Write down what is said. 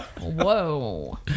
Whoa